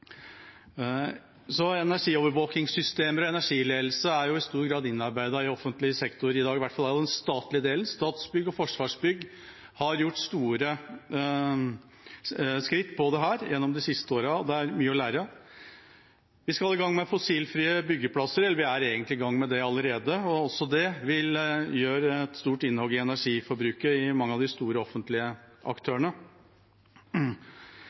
Energiovervåkingssystemer og energiledelse er i stor grad innarbeidet i offentlig sektor i dag, i hvert fall i den statlige delen. Statsbygg og Forsvarsbygg har tatt store skritt gjennom de siste årene. Det er mye å lære. Vi skal i gang med fossilfrie byggeplasser, vi er egentlig i gang med det allerede, og også det vil gjøre et stort innhogg i energiforbruket til mange av de store, offentlige